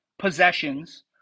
possessions